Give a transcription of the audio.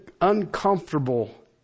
uncomfortable